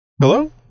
Hello